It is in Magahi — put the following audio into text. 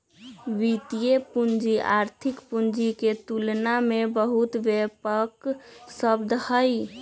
वित्तीय पूंजी आर्थिक पूंजी के तुलना में बहुत व्यापक शब्द हई